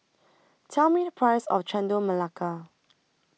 Tell Me The Price of Chendol Melaka